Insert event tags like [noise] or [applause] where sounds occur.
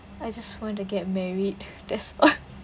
I just want to get married that's all [breath]